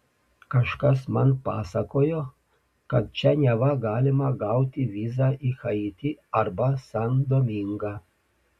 kažkas man pasakojo kad čia neva galima gauti vizą į haitį arba san domingą